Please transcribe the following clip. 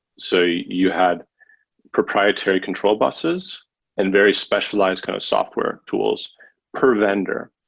so you had proprietary control busses and very specialized kind of software tools per vendor.